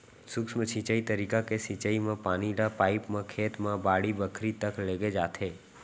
सूक्ष्म सिंचई तरीका के सिंचई म पानी ल पाइप म खेत म बाड़ी बखरी तक लेगे जाथे